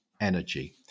energy